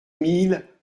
mille